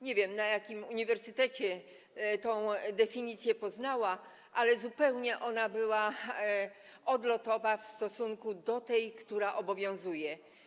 Nie wiem, na jakim uniwersytecie tę definicję poznała, ale jest ona zupełnie odlotowa w stosunku do tej, która obowiązuje.